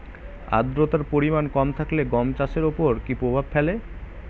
আদ্রতার পরিমাণ কম থাকলে গম চাষের ওপর কী প্রভাব ফেলে?